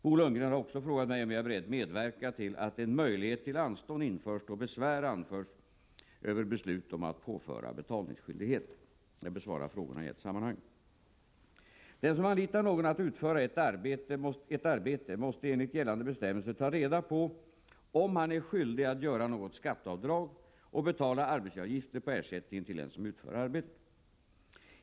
Bo Lundgren har också frågat mig om jag är beredd medverka till att en möjlighet till anstånd införs då besvär anförs över beslut om att påföra betalningsskyldighet. Jag besvarar frågorna i ett sammanhang. Den som anlitar någon att utföra ett arbete måste enligt gällande bestämmelser ta reda på om han är skyldig att göra skatteavdrag och betala arbetsgivaravgifter på ersättningen till den som utför arbetet.